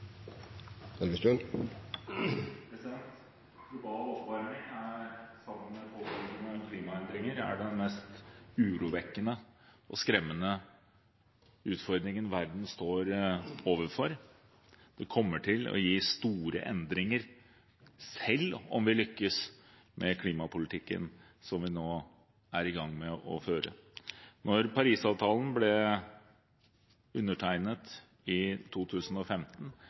sammen med påfølgende klimaendringer de mest urovekkende og skremmende utfordringene verden står overfor. Det kommer til å gi store endringer selv om vi lykkes med klimapolitikken som vi nå er i gang med å føre. Da Paris-avtalen ble undertegnet i 2015,